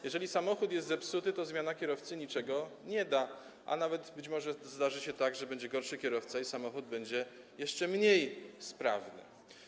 Jeżeli samochód jest zepsuty, to zmiana kierowcy niczego nie da, a nawet być może zdarzy się tak, że kierowca będzie gorszy i samochód będzie jeszcze mniej sprawny.